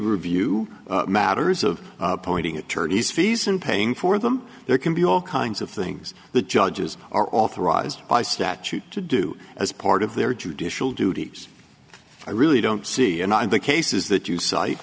we view matters of pointing at tourney's fees and paying for them there can be all kinds of things the judges are authorized by statute to do as part of their judicial duties i really don't see and i'm the cases t